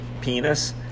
penis